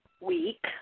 week